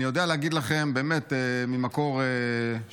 אני יודע להגיד לכם, באמת, ממקור שני,